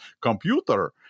computer